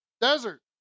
Desert